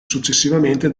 successivamente